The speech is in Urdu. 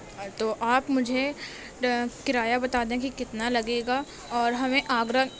اور تو آپ مجھے کرایا بتا دیں کہ کتنا لگے گا اور ہمیں آگرہ